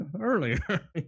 earlier